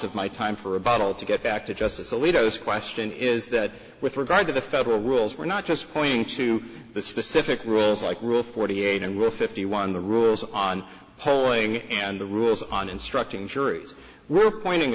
of my time for a battle to get back to justice alito is question is that with regard to the federal rules we're not just going to the specific rules like rule forty eight well fifty one the rules on hoeing and the rules on instructing juries were pointing